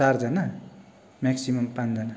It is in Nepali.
चारजना म्याक्सिमम् पाँचजना